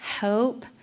hope